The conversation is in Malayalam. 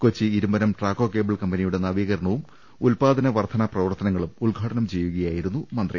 കൊച്ചി ഇരുമ്പനം ട്രാക്കോ കേബിൾ കമ്പനി യുടെ നവീകരണവും ഉത്പാദന വർദ്ധനാ പ്രവർത്തനങ്ങളും ഉദ്ഘാടനം ചെയ്യുകയായിരുന്നു മന്ത്രി